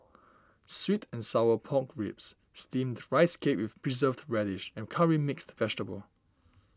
Sweet and Sour Pork Ribs Steamed Rice Cake with Preserved Radish and Curry Mixed Vegetable